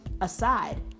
aside